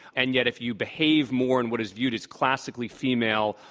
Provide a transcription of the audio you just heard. and yet if you behave more in what is viewed as classically female,